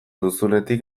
duzunetik